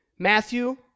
Matthew